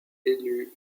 élu